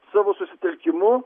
savo susitelkimu